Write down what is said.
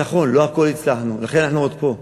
נכון, לא הכול הצלחנו, לכן אנחנו עוד פה.